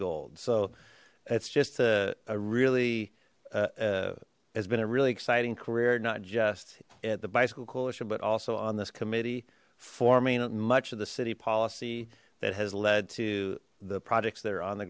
gold so it's just a really uh has been a really exciting career not just at the bicycle coalition but also on this committee forming much of the city policy that has led to the projects that are on the